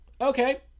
Okay